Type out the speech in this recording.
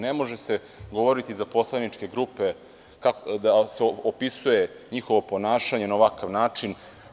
Ne može se govoriti za poslaničke grupe, odnosno opisivati njihovo ponašanje na ovakav način.